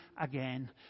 again